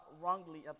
wrongly